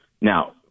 now